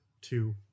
Two